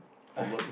okay